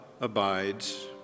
abides